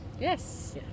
Yes